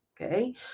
okay